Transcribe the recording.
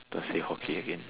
don't say hockey again